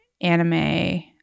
anime